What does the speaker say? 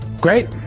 Great